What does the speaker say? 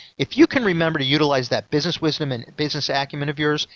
if you can remember to utilize that business wisdom and business acumen of yours,